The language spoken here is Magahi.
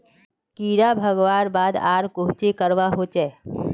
कीड़ा भगवार बाद आर कोहचे करवा होचए?